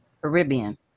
Caribbean